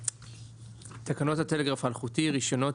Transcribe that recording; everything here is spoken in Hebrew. "טיוטת תקנות הטלגרף האלחוטי (רישיונות,